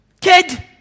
kid